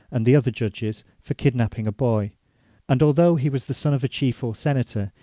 and the other judges, for kidnapping a boy and, although he was the son of a chief or senator,